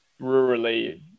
rurally